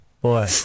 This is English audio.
Boy